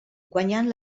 guanyant